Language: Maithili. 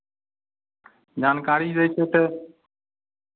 जानकारी रहितै तऽ